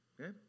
Okay